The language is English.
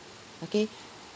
okay